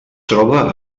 troba